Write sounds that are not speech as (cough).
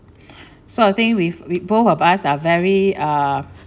(breath) so I think we we both of us are very uh